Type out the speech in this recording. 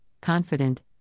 confident